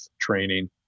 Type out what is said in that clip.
training